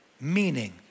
meaning